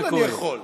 קודם כול, אני יכול.